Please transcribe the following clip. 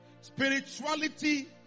Spirituality